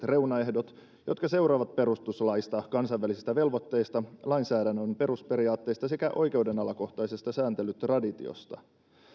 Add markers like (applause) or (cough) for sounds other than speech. (unintelligible) reunaehdot jotka seuraavat perustuslaista kansainvälisistä velvoitteista lainsäädännön perusperiaatteista sekä oikeudenalakohtaisesta sääntelytraditiosta